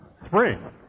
spring